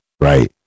right